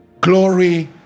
Glory